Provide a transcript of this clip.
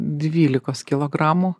dvylikos kilogramų